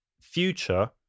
future